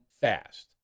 fast